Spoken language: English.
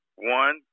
One